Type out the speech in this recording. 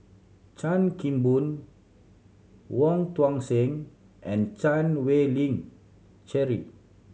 Chan Kim Boon Wong Tuang Seng and Chan Wei Ling Cheryl